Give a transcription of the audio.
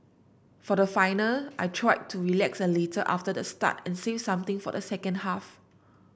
for the final I tried to relax a little after the start and save something for the second half